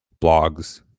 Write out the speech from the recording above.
blogs